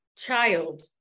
child